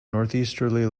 northeasterly